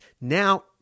Now